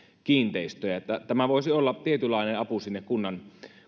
kiinteistöjä tämä voisi olla tietynlainen apu sinne kunnan